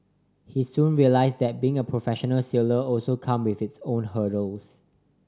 he soon realised that being a professional sailor also came with its own hurdles